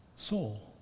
Soul